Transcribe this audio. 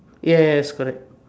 yes correct